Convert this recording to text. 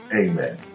Amen